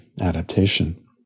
adaptation